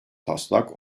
taslak